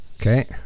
Okay